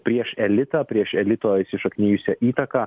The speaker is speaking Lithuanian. prieš elitą prieš elito įsišaknijusio įtaką